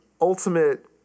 ultimate